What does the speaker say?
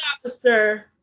officer